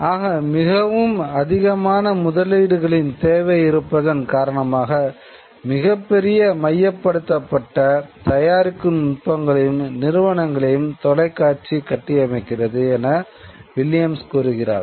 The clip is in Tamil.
ஆக மிகவும் அதிகமான முதலீடுகளின் தேவை இருப்பதன் காரணமாக மிகப்பெரிய மையப்படுத்தப்பட்ட தயாரிக்கும் நுட்பங்களையும் நிறுவனங்களையும் தொலைக்காட்சி கட்டியமைக்கிறது என வில்லியம்ஸ் கூறுகிறார்